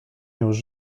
już